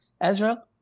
Ezra